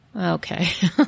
Okay